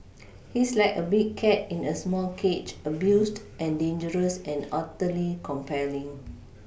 he's like a big cat in a small cage abused and dangerous and utterly compelling